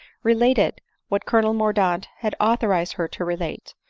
related what colonel mordaunt had authorized her to relate.